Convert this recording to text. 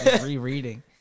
rereading